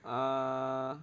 uh